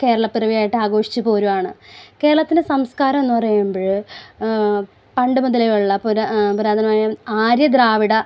കേരളപ്പിറവിയായിട്ട് ആഘോഷിച്ച് പോരുവാണ് കേരളത്തിൻ്റെ സംസ്കാരമെന്ന് പറയുമ്പഴ് പണ്ട് മുതലേയുള്ള പുരാതനമായും ആര്യ ദ്രാവിഡ